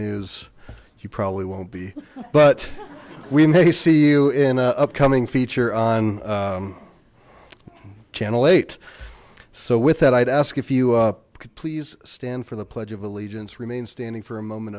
news you probably won't be but we may see you in an upcoming feature on channel eight so with that i'd ask if you could please stand for the pledge of allegiance remain standing for a moment